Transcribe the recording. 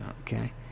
okay